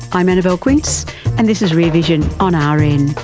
i'm annabelle quince and this is rear vision on ah rn